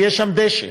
כי יש שם דשא,